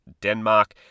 denmark